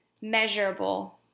measurable